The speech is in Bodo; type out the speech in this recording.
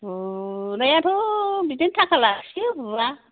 बुनायाथ' बिदिनो थाखा लाखियो बुवा